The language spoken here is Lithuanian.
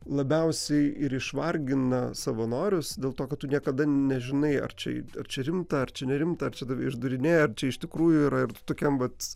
labiausiai ir išvargina savanorius dėl to kad tu niekada nežinai ar čia čia rimta ar čia nerimta ar čia tave išdūrinėja ar čia iš tikrųjų yra ir tokiam vat